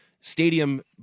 stadium